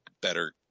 better